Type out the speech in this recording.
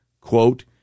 quote